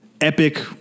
epic